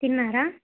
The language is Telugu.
తిన్నారా